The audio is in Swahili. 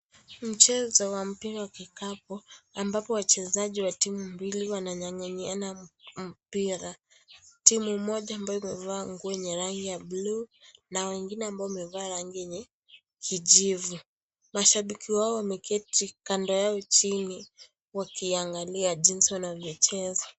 Mchezo wa mpira wa kikapu ambapo wachezaji wa timu mbili wananyanganyiana mpira, timu moja ambao imevaa nguo ya rangi ya bluu na wengine ambao wamevaa yenye rangi yenye kijivu. Mashabiki wao wameketi Kando yao chini wakiangalia jinsi wanavyocheza.